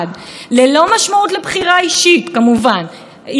עם רוב אוטומטי של הממשלה בגוף המחוקק,